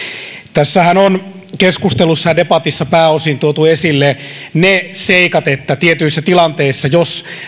tässähän on keskustelussa ja debatissa pääosin tuotu esille ne seikat että tietyissä tilanteissa jos